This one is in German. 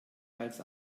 als